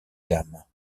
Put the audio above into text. dames